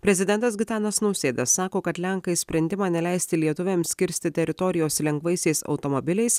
prezidentas gitanas nausėda sako kad lenkai sprendimą neleisti lietuviams kirsti teritorijos lengvaisiais automobiliais